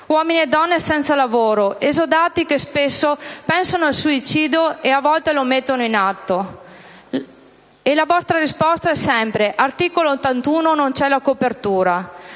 uomini e donne senza lavoro, esodati che spesso pensano al suicidio e a volte lo mettono in atto, e la vostra risposta è sempre: articolo 81, non c'è la copertura.